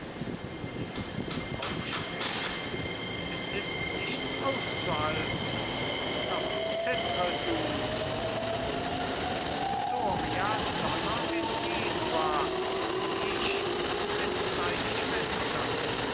julia aufspringend es ist nicht auszuhalten doch zittre du drohend doria donnert in genua und ich bin seine schwester